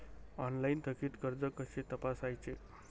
Online थकीत कर्ज कसे तपासायचे?